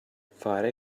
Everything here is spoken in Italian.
fare